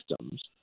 systems